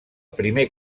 primer